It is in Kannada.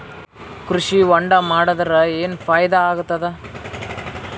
ಕೃಷಿ ಹೊಂಡಾ ಮಾಡದರ ಏನ್ ಫಾಯಿದಾ ಆಗತದ?